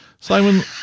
Simon